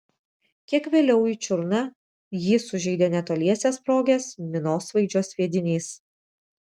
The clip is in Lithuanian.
kiek vėliau į čiurną jį sužeidė netoliese sprogęs minosvaidžio sviedinys